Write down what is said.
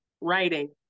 Writing